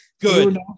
Good